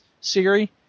Siri